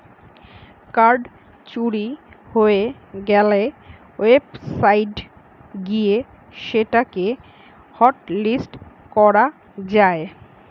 card চুরি হয়ে গ্যালে ওয়েবসাইট গিয়ে সেটা কে হটলিস্ট করা যায়